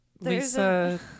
Lisa